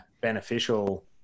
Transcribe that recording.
beneficial